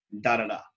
da-da-da